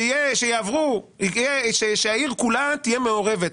שיעברו והעיר כולה תהיה מעורבת,